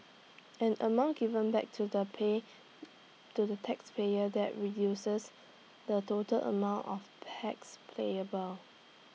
an amount given back to the pay to the taxpayers that reduces the total amount of tax playable